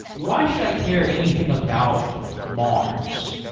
why should i care anything about mars?